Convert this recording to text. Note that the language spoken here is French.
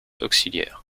auxiliaires